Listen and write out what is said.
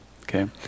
okay